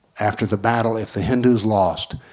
after the battle, if the hindus lost,